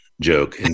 joke